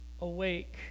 awake